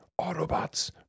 Autobots